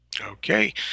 Okay